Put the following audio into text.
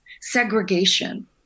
segregation